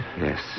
Yes